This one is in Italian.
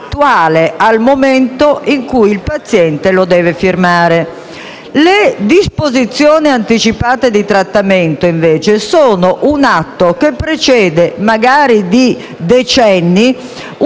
Le disposizioni anticipate di trattamento, invece, sono un atto che precede, magari di decenni, una situazione nella quale la persona si troverà.